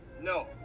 No